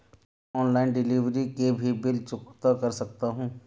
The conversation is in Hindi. क्या मैं ऑनलाइन डिलीवरी के भी बिल चुकता कर सकता हूँ?